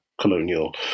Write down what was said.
colonial